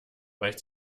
reicht